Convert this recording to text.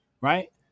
Right